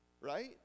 right